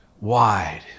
wide